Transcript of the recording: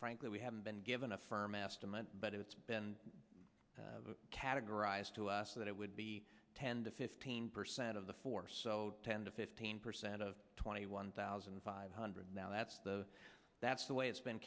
frankly we haven't been given a firm asked amount but it's been categorized to us that it would be ten to fifteen percent of the four so ten to fifteen percent of twenty one thousand five hundred now that's the that's the way it's been